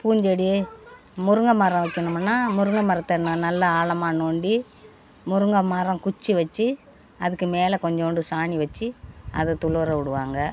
பூஞ்செடி முருங்கை மரம் வைக்கணும்னா முருங்க மரத்தை இன்னும் நல்லா ஆழமாக நோண்டி முருங்க மரம் குச்சி வச்சி அதுக்கு மேல கொஞ்சோண்டு சாணி வச்சி அதை உலுற விடுவாங்க